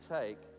take